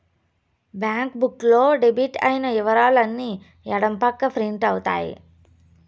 bank book లో debit అయిన ఇవరాలు అన్ని ఎడం పక్క ప్రింట్ అవుతాయి